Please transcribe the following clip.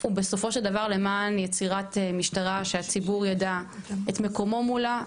הוא בסופו של דבר למען יצירת משטרה שהציבור ידע את מקומו מולה,